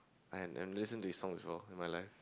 I and and listen to his also in my life